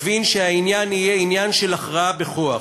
הבין שהעניין יהיה עניין של הכרעה בכוח.